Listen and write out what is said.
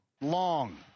long